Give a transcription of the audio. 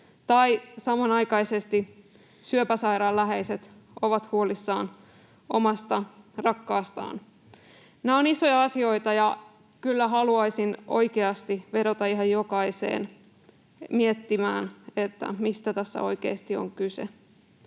kun samanaikaisesti syöpäsairaan läheiset ovat huolissaan omasta rakkaastaan. Nämä ovat isoja asioita, ja kyllä haluaisin oikeasti vedota ihan jokaiseen, että mietitään, mistä tässä oikeasti on kyse.